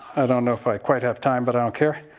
i don't know if i quite have time, but i don't care.